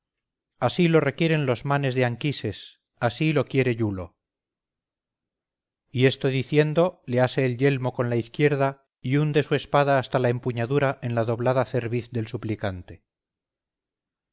así lo quieren los manes de anquises así lo quiere iulo y esto diciendo le ase el yelmo con la izquierda y hunde su espada hasta la empuñadura en la doblada cerviz del suplicante